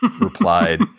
replied